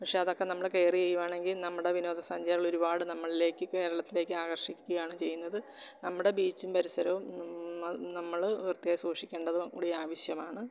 പക്ഷെ അതെക്കെ നമ്മൾ കെയറ് ചെയ്യുകയാണെങ്കില് നമ്മുടെ വിനോദസഞ്ചാരികൾ ഒരുപാട് നമ്മളിലേക്ക് കേരളത്തിലേക്ക് ആകര്ഷിക്കുകയാണ് ചെയ്യുന്നത് നമ്മുടെ ബീച്ചും പരിസരവും അത് നമ്മൾ വൃത്തിയായി സൂക്ഷിക്കേണ്ടതും കൂടി ആവശ്യമാണ്